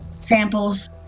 samples